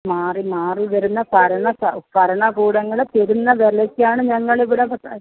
മാറിമാറി വരുന്ന ഭരണ ഭരണകൂടങ്ങൾ തരുന്ന വിലക്കാണ് ഞങ്ങൾ ഇവിടെ